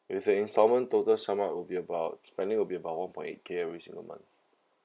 with the instalment total sum up will be about spending will be about one point eight K every singe month